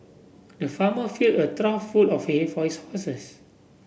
the farmer filled a trough full of hay for his horses